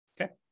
Okay